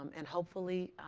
um and hopefully,